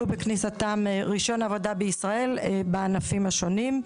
בכניסתם רישיון עבודה בישראל בענפים השונים.